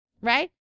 Right